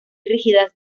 rígidas